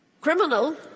criminal